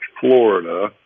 Florida